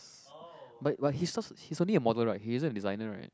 but but his o~ he's only a model right he isn't a designer right